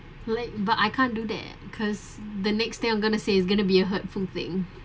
late but I can't do that because the next day I'm going to say is going to be a hurtful thing